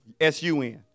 S-U-N